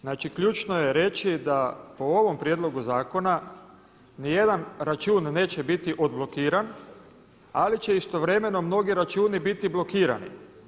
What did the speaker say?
Znači, ključno je reći da po ovom prijedlogu zakona nijedan račun neće biti odblokiran ali će istovremeno mnogi računi biti blokirani.